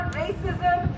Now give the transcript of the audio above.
racism